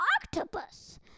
octopus